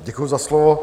Děkuji za slovo.